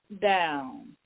down